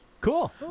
Cool